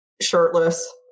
shirtless